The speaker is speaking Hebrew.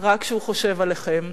כשהוא רק חושב עליכם.